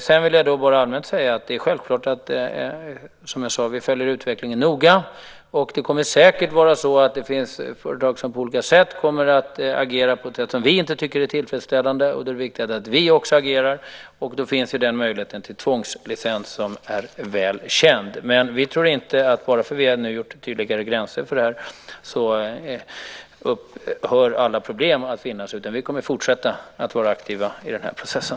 Sedan vill jag bara allmänt säga att det är självklart att vi noga följer utvecklingen. Det kommer säkert att finnas företag som agerar på sådant sätt som vi inte tycker är tillfredsställande. Då är det viktigt att också vi agerar, och den möjlighet till tvångslicens som finns är väl känd. Vi tror heller inte att det faktum att vi nu satt upp tydligare gränser medför att alla problem därmed upphör. Vi kommer därför att fortsätta att vara aktiva i den här processen.